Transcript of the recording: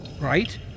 Right